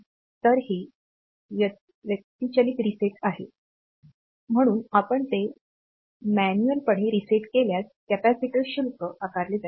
तर हे व्यक्तिचलित रीसेट आहे म्हणून आपण ते व्यक्तिचलितपणे रीसेट केल्यास कॅपेसिटरवर शुल्क आकारले जाईल